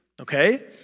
Okay